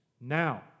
Now